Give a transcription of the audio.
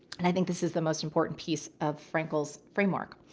and i think this is the most important piece of frankel's framework.